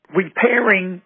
repairing